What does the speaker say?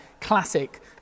classic